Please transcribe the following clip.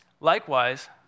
Likewise